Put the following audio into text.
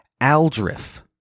Aldrif